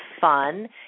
fun